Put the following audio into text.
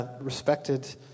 respected